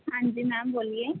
ਹਾਂਜੀ ਮੈਮ ਬੋਲੀਏ